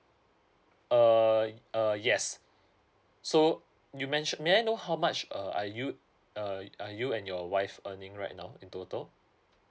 err uh yes so you mentioned may I know how much uh are you err are you and your wife earning right now in total